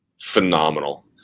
Phenomenal